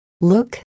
look